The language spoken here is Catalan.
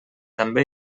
també